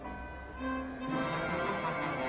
det